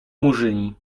murzyni